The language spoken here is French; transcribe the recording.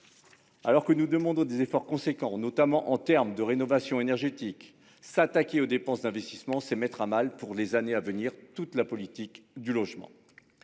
Alors que nous demandons des efforts importants, notamment en matière de rénovation énergétique, s'attaquer aux dépenses d'investissement, c'est mettre à mal toute la politique du logement